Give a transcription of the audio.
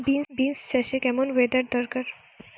Beans চাষে কেমন weather দরকার?